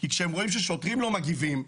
כי כשהם רואים ששוטרים לא מגיבים,